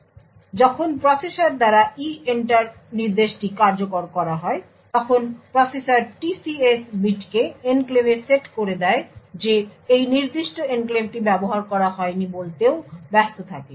সুতরাং যখন প্রসেসর দ্বারা EENTER নির্দেশটি কার্যকর করা হয় তখন প্রসেসর TCS বিটকে এনক্লেভে সেট করে দেয় যে এই নির্দিষ্ট এনক্লেভটি ব্যবহার করা হয়নি বলতেও ব্যস্ত থাকে